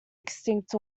extinct